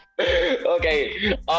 Okay